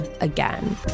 again